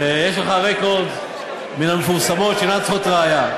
ויש לך רקורד, מן המפורסמות שאינן צריכות ראיה.